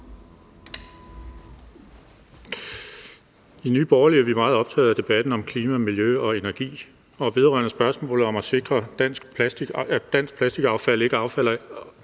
I Nye Borgerlige er vi meget optaget af debatten om klima, miljø og energi, og spørgsmålet om at sikre, at dansk plastikaffald ikke ender